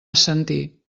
assentir